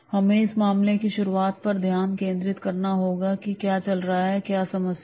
हमें इस मामले की शुरुआत पर ध्यान केंद्रित करना होगा कि क्या चल रहा है और क्या समस्या है